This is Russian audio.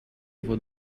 его